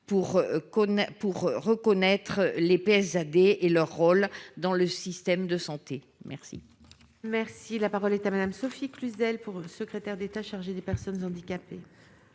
pour reconnaître les PS AD et leur rôle dans le système de santé merci. Merci, la parole est à madame Sophie Cluzel pour secrétaire d'État chargée des personnes handicapées.